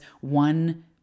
one